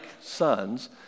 sons